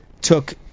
took